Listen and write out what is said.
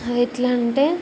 అదెట్లా అంటే